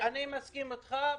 אני מסכים איתך.